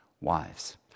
wives